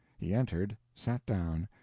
he entered, sat down,